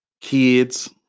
Kids